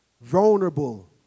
vulnerable